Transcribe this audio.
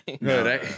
no